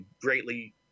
greatly